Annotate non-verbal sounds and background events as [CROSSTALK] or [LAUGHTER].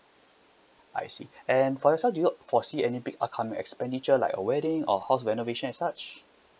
I see [BREATH] and for yourself do you uh foresee any big upcoming expenditure like a wedding or house renovation and such